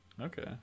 okay